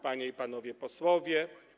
Panie i Panowie Posłowie!